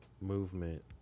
movement